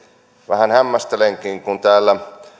vähän hämmästelenkin kun täällä